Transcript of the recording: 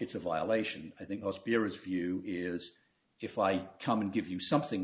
it's a violation i think your spirits view is if i come and give you something